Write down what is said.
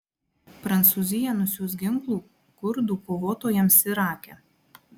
prancūzija nusiųs ginklų kurdų kovotojams irake